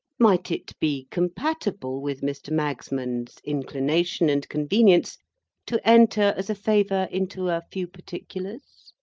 might it be compatible with mr. magsman's inclination and convenience to enter, as a favour, into a few particulars?